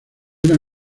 una